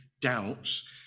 doubts